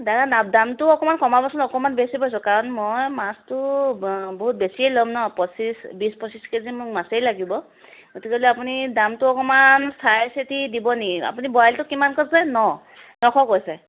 দাদা দা দামটো অকণমান কমাবচোন অকণমান বেছি পাইছোঁ কাৰণ মই মাছটো বহুত বেছিয়েই ল'ম ন পঁচিছ বিছ পঁচিছ কেজি মোক মাছেই লাগিব গতিকেলৈ আপুনি দামটো অকণমান চাই চিতি দিব নেকি আপুনি বৰালিটো কিমান কৈছে ন নশ কৈছে